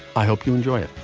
i hope you enjoy it.